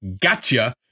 gotcha